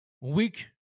weak